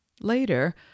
Later